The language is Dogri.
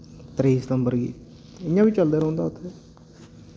त्रेई सतम्बर गी इ'यां बी चलदे रौंह्दा उत्थै